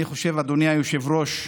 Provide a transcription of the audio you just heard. אני חושב, אדוני היושב-ראש,